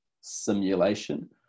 simulation